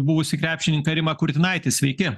buvusį krepšininką rimą kurtinaitį sveiki